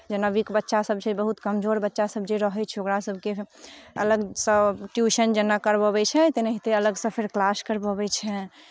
जेना वीक बच्चासभ छै बहुत कमजोर बच्चासभ जे रहैत छै ओकरासभके अलगसँ ट्यूशन जेना करवबैत छै तेनाहिते अलगसँ फेर क्लास करवबैत छै